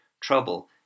trouble